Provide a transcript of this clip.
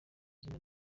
izina